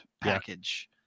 package